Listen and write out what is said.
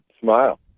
smile